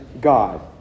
God